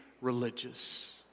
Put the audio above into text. religious